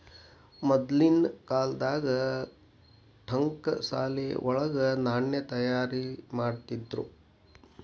ಮದ್ಲಿನ್ ಕಾಲ್ದಾಗ ಠಂಕಶಾಲೆ ವಳಗ ನಾಣ್ಯ ತಯಾರಿಮಾಡ್ತಿದ್ರು